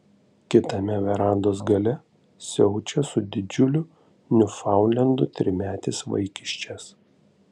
kitame verandos gale siaučia su didžiuliu niufaundlendu trimetis vaikiščias